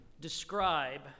describe